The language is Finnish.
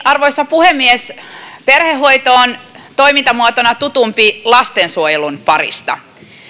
arvoisa puhemies perhehoito on toimintamuotona tutumpi lastensuojelun parista